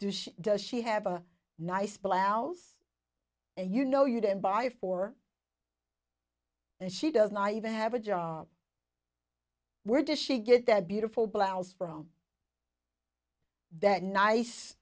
do does she have a nice blouse and you know you don't buy four and she does not even have a job where does she get that beautiful blouse from that nice